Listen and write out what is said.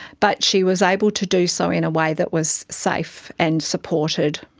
but she was able to do so in a way that was safe and supported.